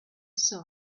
saw